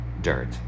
dirt